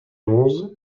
onze